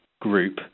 group